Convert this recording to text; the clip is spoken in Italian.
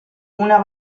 una